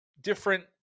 different